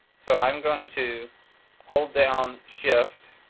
so i'm going to hold down shift,